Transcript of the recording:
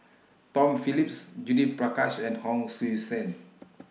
Tom Phillips Judith Prakash and Hon Sui Sen